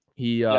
he,